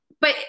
But-